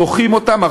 דוחים אותן,